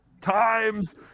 times